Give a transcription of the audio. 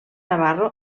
navarro